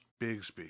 Bigsby